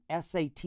SAT